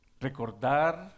recordar